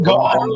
God